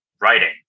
writing